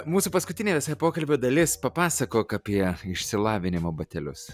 mūsų paskutinė viso pokalbio dalis papasakok apie išsilavinimo batelius